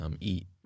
eat